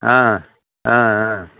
ஆ ஆ ஆ